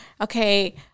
okay